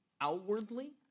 outwardly